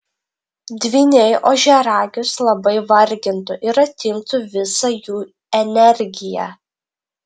dvyniai ožiaragius labai vargintų ir atimtų visą jų energiją